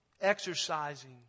Exercising